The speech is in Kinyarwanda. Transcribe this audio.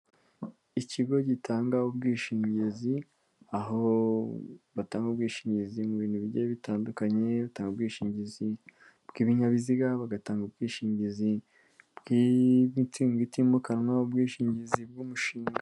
Ikigo gitanga ubwishingizi. Aho batanga ubwishingizi mu bintu bigiye bitandukanye. batanga ubwishingizi bw'ibinyabiziga, bagatanga ubwishingizi bw'imitungo itimukanwa, ubwishingizi bw'umushinga.